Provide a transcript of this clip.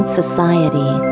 society